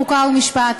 חוק ומשפט.